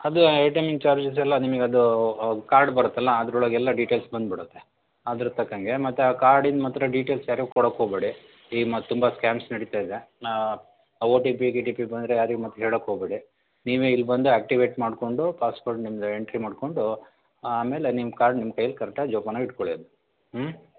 ಅದು ಆ A T ಎಮ್ಯಿಂದ ಚಾರ್ಜಸೆಲ್ಲ ನಿಮಗೆ ಅದೂ ಕಾರ್ಡ್ ಬರುತ್ತೆಲ್ಲ ಅದರೊಳಗೆ ಎಲ್ಲ ಡಿಟೇಲ್ಸ್ ಬಂದ್ಬಿಡುತ್ತೆ ಅದರ ತಕ್ಕಂತೆ ಮತ್ತೆ ಆ ಕಾರ್ಡಿನ ಮಾತ್ರ ಡಿಟೇಲ್ಸ್ ಯಾರಿಗೂ ಕೊಡೋಕ್ಕೆ ಹೋಗಬೇಡಿ ಈಗ ಮತ್ತೆ ತುಂಬ ಸ್ಕ್ಯಾಮ್ಸ್ ನಡೀತಾ ಇದೆ ಓ ಟಿ ಪಿ ಗಿಟಿಪಿ ಬಂದರೆ ಯಾರಿಗೆ ಮತ್ತೆ ಹೇಳೋಕ್ಕೆ ಹೋಗಬೇಡಿ ನೀವೇ ಇಲ್ಲಿ ಬಂದು ಆ್ಯಕ್ಟಿವೇಟ್ ಮಾಡ್ಕೊಂಡು ಪಾಸ್ ವರ್ಡ್ ನಿಮ್ದೇ ಎಂಟ್ರಿ ಮಾಡ್ಕೊಂಡು ಆಮೇಲೆ ನಿಮ್ಮ ಕಾರ್ಡ್ ನಿಮ್ಮ ಕೈಯಲ್ಲಿ ಕರೆಕ್ಟಾಗಿ ಜೋಪಾನಾಗಿ ಇಟ್ಕೋಳ್ಳಿ ಅದು ಹ್ಞೂ